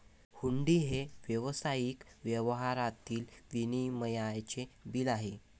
हुंडी हे व्यावसायिक व्यवहारातील विनिमयाचे बिल आहे